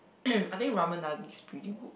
I think Ramen Nagi is pretty good